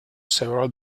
several